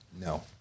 No